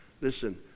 Listen